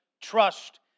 trust